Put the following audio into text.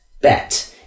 bet